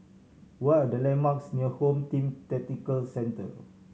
what are the landmarks near Home Team Tactical Centre